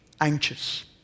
anxious